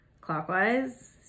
clockwise